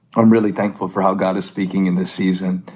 i'm really thankful for how god is speaking in this season.